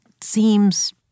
seems